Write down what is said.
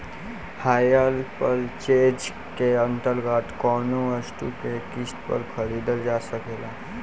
hire purchase के अंतर्गत कौनो वस्तु के किस्त पर खरीदल जा सकेला